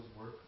work